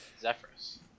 Zephyrus